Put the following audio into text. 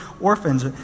orphans